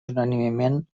unànimement